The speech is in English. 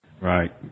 Right